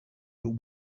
but